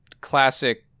classic